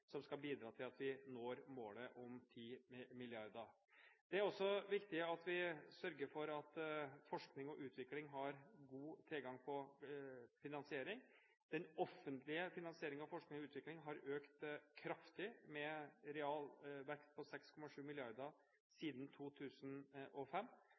som skal bidra til at vi når målet om 10 mrd. Det er også viktig at vi sørger for at forskning og utvikling har god tilgang på finansiering. Den offentlige finansieringen av forskning og utvikling har økt kraftig, med en realvekst på 6,7